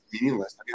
meaningless